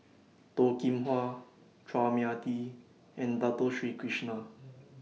Toh Kim Hwa Chua Mia Tee and Dato Sri Krishna